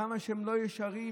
כמה שהם לא ישרים,